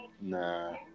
Nah